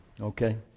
okay